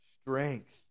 strength